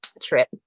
trip